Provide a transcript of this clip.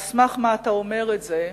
על סמך מה אתה אומר את זה?